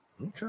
Okay